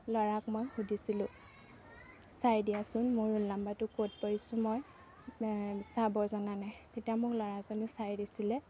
ল'ৰাক মই সুধিছিলোঁ চাই দিয়াচোন মোৰ ৰোল নম্বৰটো ক'ত পৰিছোঁ মই চাব জানা নাই তেতিয়া মোক ল'ৰাজনে চাই দিছিলে